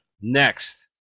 next